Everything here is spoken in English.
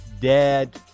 dead